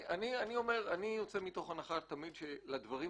אני חושב שאם נצליח להעביר את החוק הזה עם כל העבודה הרבה שישנה,